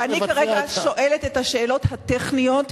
אני כרגע שואלת את השאלות הטכניות,